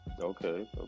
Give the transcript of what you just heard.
okay